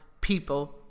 people